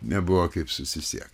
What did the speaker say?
nebuvo kaip susisiekt